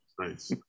Nice